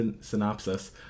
synopsis